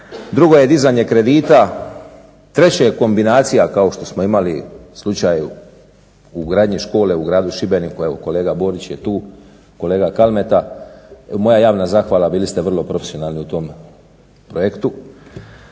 Druga je dizanje kredita. Treće je kombinacije kao što smo imali slučaj u gradnji škole u gradu Šibeniku. Evo kolega Borić je tu, kolega Kalmata. Moja javna zahvala, bili ste vrlo profesionalni u tom projektu.